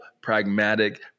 pragmatic